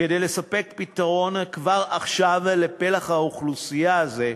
כדי לספק פתרון כבר עכשיו לפלח האוכלוסייה הזה,